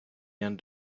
end